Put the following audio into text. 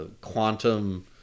quantum